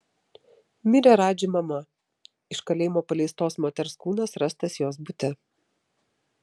mirė radži mama iš kalėjimo paleistos moters kūnas rastas jos bute